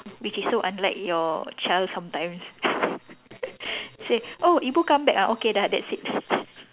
which is so unlike your child sometimes say oh ibu come back ah okay dah that's it